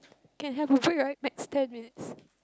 can have a break right next ten minutes